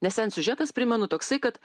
nes ten siužetas primenu toksai kad